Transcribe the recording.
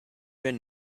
been